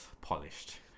Polished